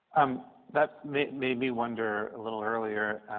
um that made made me wonder a little earlier.